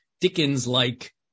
Dickens-like